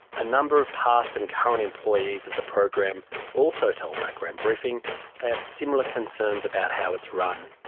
a number of past and current employees of the program also told background briefing they have similar concerns about how it's run.